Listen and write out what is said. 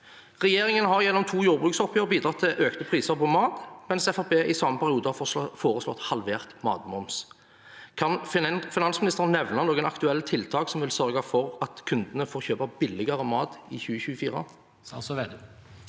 Regjeringen har gjennom to jordbruksoppgjør bidratt til økte priser på mat, mens Fremskrittspartiet i samme periode har foreslått halvert matmoms. Kan finansministeren nevne noen aktuelle tiltak som vil sørge for at kundene får kjøpe billigere mat i 2024?